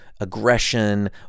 aggression